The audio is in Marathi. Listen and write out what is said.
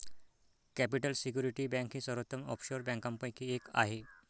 कॅपिटल सिक्युरिटी बँक ही सर्वोत्तम ऑफशोर बँकांपैकी एक आहे